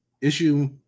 Issue